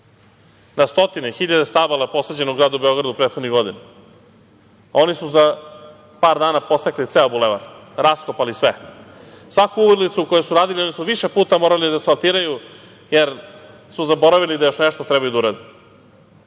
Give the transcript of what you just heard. Na stotine hiljade stabala je posađeno u gradu Beogradu prethodnih godina. oni su za par dana posekli ceo bulevar, raskopali sve. Svaku ulicu koju su radili su više puta morali da asfaltiraju, jer su zaboravili da još nešto trebaju da urade. Svuda